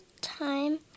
time